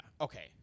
okay